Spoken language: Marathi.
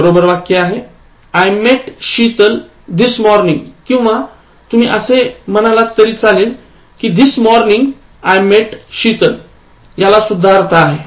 बरोबर वाक्य आहेI met Sheetal this morning किंवा तुम्ही असे म्हणालात तरी चालेल कीं this morningI met Sheetal याला सुद्धा अर्थ आहे